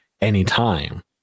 anytime